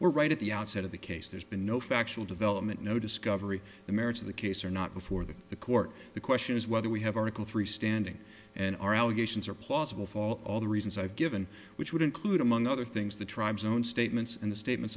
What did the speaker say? or right at the outset of the case there's been no factual development no discovery the merits of the case or not before the the court the question is whether we have article three standing and our allegations are plausible fall all the reasons i've given which would include among other things the tribes own statements and the statements